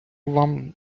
вам